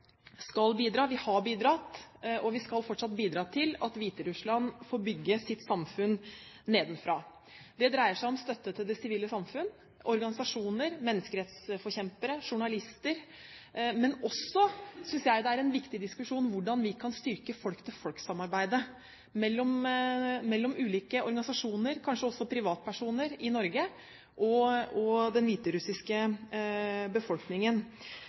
skal bidra – vi har bidratt – til at Hviterussland får bygge sitt samfunn nedenfra. Det dreier seg om støtte til det sivile samfunn – organisasjoner, menneskerettighetsforkjempere og journalister. Men jeg synes også er det en viktig diskusjon hvordan vi kan styrke folk-til-folk-samarbeidet – mellom ulike organisasjoner, kanskje også privatpersoner i Norge, og den hviterussiske befolkningen.